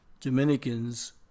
Dominicans